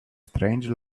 strange